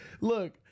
Look